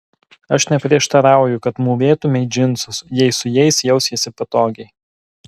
aš neprieštarauju kad mūvėtumei džinsus jei su jais jausiesi patogiai